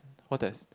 what test